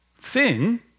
sin